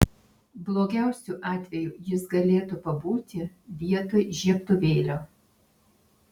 blogiausiu atveju jis galėtų pabūti vietoj žiebtuvėlio